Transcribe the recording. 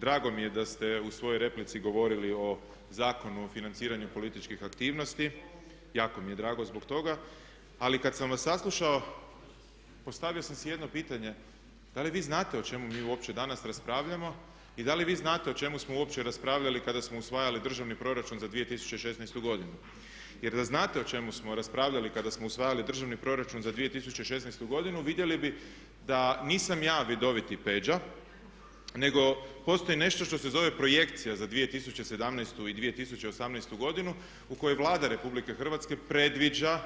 Drago mi je da ste u svojoj replici govorili o Zakonu o financiranju političkih aktivnosti, jako mi je drago zbog toga ali kad sam vas saslušao postavio sam si jedno pitanje, da li vi znate o čemu mi uopće danas raspravljamo i da li vi znate o čemu smo uopće raspravljali kada smo usvajali Državni proračun za 2016.godinu jer da znate o čemu smo raspravljali kada smo usvajali Državni proračun za 2016.godinu vidjeli bi da nisam ja vidoviti Peđa nego postoji nešto što se zove projekcija za 2017. i 2018. godinu u kojoj Vlada RH predviđa